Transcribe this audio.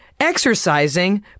exercising